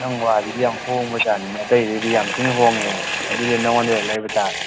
ꯅꯪꯒꯤ ꯋꯥꯁꯤꯗꯤ ꯌꯥꯝ ꯍꯣꯡꯕꯖꯥꯠꯅꯤꯅꯦ ꯑꯇꯩꯗꯒꯤꯗꯤ ꯌꯥꯝ ꯊꯤꯅ ꯍꯣꯡꯉꯦꯍꯦ ꯑꯗꯨꯗꯤ ꯅꯉꯣꯟꯗꯒꯤ ꯂꯩꯕ ꯇꯥꯔꯦ